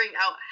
out